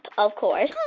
of course.